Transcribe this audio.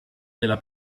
della